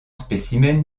spécimens